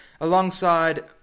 alongside